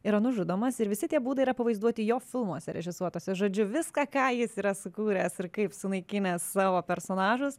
yra nužudomas ir visi tie būdai yra pavaizduoti jo filmuose režisuotose žodžiu viską ką jis yra sukūręs ir kaip sunaikinęs savo personažus